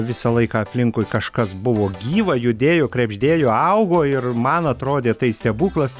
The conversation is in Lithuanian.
visą laiką aplinkui kažkas buvo gyva judėjo krebždėjo augo ir man atrodė tai stebuklas